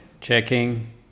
Checking